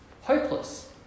Hopeless